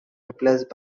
replaced